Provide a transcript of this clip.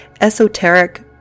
esoteric